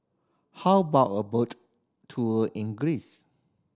how about a boat tour in Greece